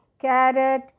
carrot